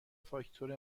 فاکتور